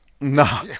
No